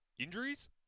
injuries